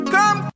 Come